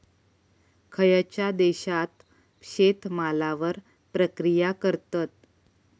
खयच्या देशात शेतमालावर प्रक्रिया करतत?